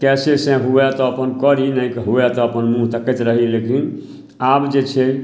कैशेसे हुए तऽ अपन करी नहि हुए तऽ अपन मुँह तकैत रही लेकिन आब जे छै